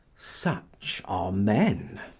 such are men.